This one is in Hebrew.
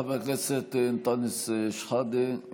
חבר הכנסת אנטאנס שחאדה,